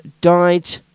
died